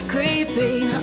Creeping